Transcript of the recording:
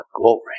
glory